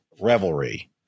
revelry